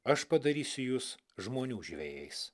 aš padarysiu jus žmonių žvejais